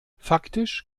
faktisch